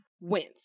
wins